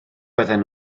bydden